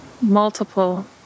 multiple